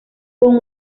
con